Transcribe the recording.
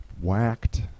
whacked